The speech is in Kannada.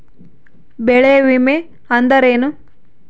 ಬೆಳೆ ವಿಮೆ ಅಂದರೇನು?